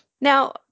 Now